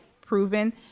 proven